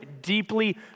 deeply